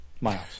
miles